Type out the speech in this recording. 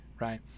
right